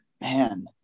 Man